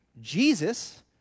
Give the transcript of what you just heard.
Jesus